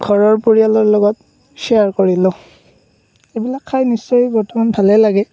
ঘৰৰ পৰিয়ালৰ লগত শ্বেয়াৰ কৰিলোঁ এইবিলাক খাই নিশ্চয় বৰ্তমান ভালেই লাগে